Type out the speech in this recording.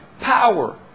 power